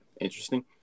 interesting